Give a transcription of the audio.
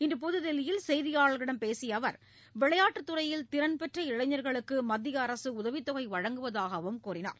இன்று புதுதில்லியில் செய்தியாளர்களிடம் பேசிய அவர் விளையாட்டுத் துறையில் திறன் பெற்ற இளைஞர்களுக்கு மத்திய அரசு உதவித் தொகை வழங்குவதாகவும் கூறினார்